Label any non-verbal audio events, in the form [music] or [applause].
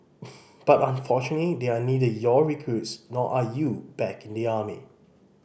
[noise] but unfortunately they are neither your recruits nor are you back in the army